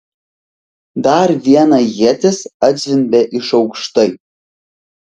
dar viena ietis atzvimbė iš aukštai